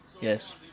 yes